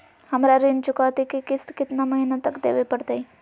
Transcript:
हमरा ऋण चुकौती के किस्त कितना महीना तक देवे पड़तई?